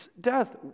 Death